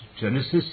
Genesis